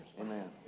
Amen